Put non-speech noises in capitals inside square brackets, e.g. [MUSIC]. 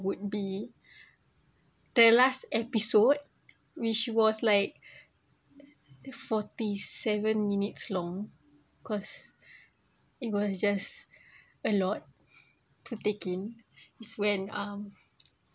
would be the last episode which was like [NOISE] the forty seven minutes long cause it was just a lot to take in is when um